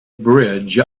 bridge